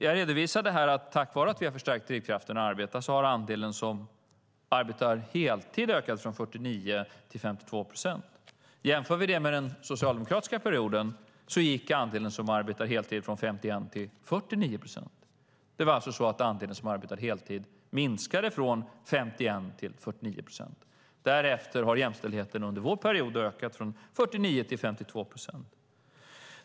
Jag redovisade här att andelen som arbetar heltid har ökat från 49 till 52 procent tack vare att vi har förstärkt drivkraften att arbeta. Vi kan jämföra det med den socialdemokratiska perioden. Då gick andelen som arbetar heltid från 51 till 49 procent. Andelen som arbetade heltid minskade alltså från 51 till 49 procent. Därefter, under vår period, har jämställdheten ökat från 49 till 52 procent.